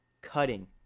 cutting